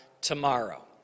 tomorrow